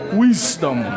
wisdom